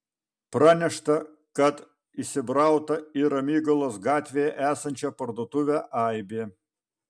pranešta kad įsibrauta į ramygalos gatvėje esančią parduotuvę aibė